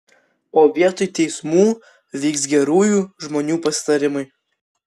o vietoj teismų vyks gerųjų žmonių pasitarimai